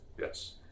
Yes